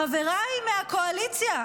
חבריי מהקואליציה,